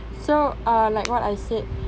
so uh like what I said